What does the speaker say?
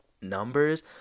numbers